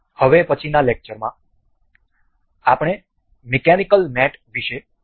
હવે પછીનાં લેક્ચરમાં આપણે મિકેનિકલ મેટ વિશે શીખીશું